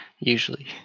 usually